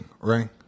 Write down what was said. Right